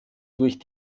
durch